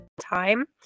Time